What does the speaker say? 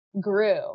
grew